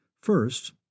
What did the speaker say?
First